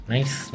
Nice